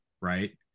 right